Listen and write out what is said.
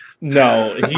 No